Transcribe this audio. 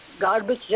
garbage